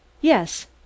Yes